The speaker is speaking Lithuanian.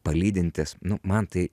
palydintis nu man tai